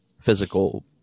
physical